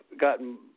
gotten